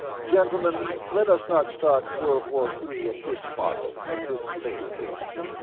gentlemen, let us not start world war three at this spot, at this late occasion.